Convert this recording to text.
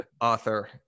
author